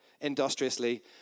industriously